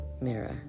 mirror